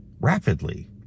rapidly